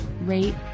rate